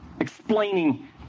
explaining